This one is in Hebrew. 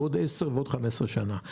10 או 15 שנים.